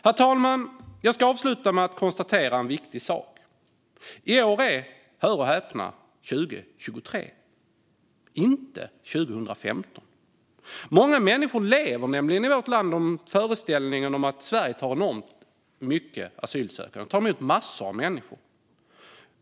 Herr talman! Jag ska avsluta med att konstatera en viktig sak. I år är det - hör och häpna - 2023, inte 2015. Många människor i vårt land lever nämligen i föreställningen om att Sverige tar emot massor av asylsökande människor.